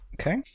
Okay